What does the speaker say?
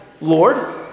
Lord